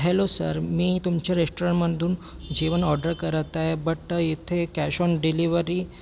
hello sir मी तुमच्या रेस्टॉरंटमधून जेवण ऑर्डर करत आहे बट इथे कॅश ऑन डिलेव्हरी